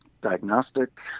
diagnostic